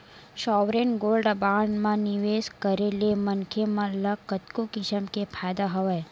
sovereign gold bond म निवेस करे ले मनखे मन ल कतको किसम के फायदा हवय